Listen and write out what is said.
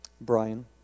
Brian